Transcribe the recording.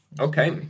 Okay